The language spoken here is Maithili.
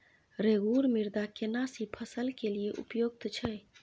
रेगुर मृदा केना सी फसल के लिये उपयुक्त छै?